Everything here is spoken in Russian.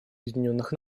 объединенных